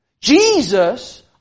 Jesus